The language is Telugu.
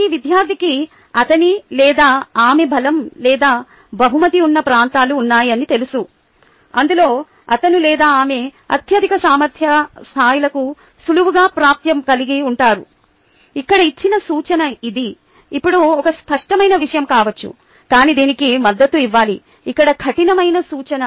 ప్రతి విద్యార్థికి అతని లేదా ఆమె బలం లేదా బహుమతి ఉన్న ప్రాంతాలు ఉన్నాయని తెలుసు అందులో అతను లేదా ఆమె అత్యధిక సామర్థ్య స్థాయిలకు సులువుగా ప్రాప్యత కలిగి ఉంటారు అక్కడ ఇచ్చిన సూచన ఇది ఇప్పుడు ఒక స్పష్టమైన విషయం కావచ్చు కానీ దీనికి మద్దతు ఇవ్వాలి ఇక్కడ కఠినమైన సూచన